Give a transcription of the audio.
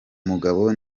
mugabo